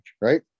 right